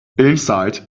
inside